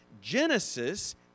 Genesis